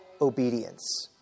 obedience